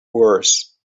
worse